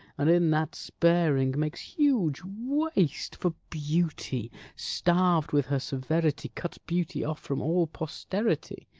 and in that sparing makes huge waste for beauty, starv'd with her severity, cuts beauty off from all posterity.